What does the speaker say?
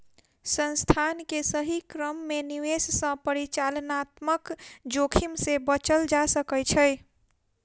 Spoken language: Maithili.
संस्थान के सही क्रम में निवेश सॅ परिचालनात्मक जोखिम से बचल जा सकै छै